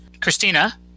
Christina